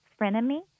frenemy